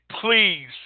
please